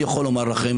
אני יכול לומר לכם